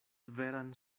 veran